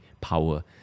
power